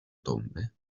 tombe